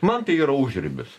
man tai yra užribis